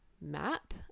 map